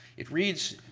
it reads,